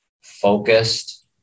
focused